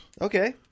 Okay